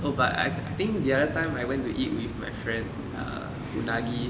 oh but I think the other time I went to eat with my friend err unagi